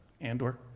Andor